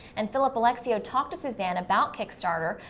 and philip alexiou talked to suzanne about kickstarter.